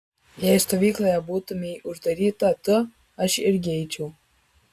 jei stovykloje būtumei uždaryta tu aš irgi eičiau